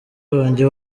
wanjye